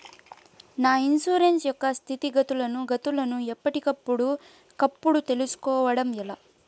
నా ఇన్సూరెన్సు యొక్క స్థితిగతులను గతులను ఎప్పటికప్పుడు కప్పుడు తెలుస్కోవడం ఎలా?